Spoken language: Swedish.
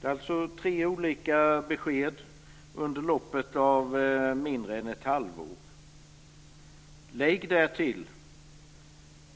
Det är alltså tre olika besked under loppet av mindre än ett halvår. Lägg därtill